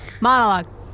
Monologue